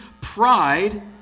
Pride